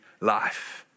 life